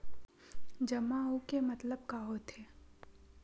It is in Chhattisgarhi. जमा आऊ के मतलब का होथे?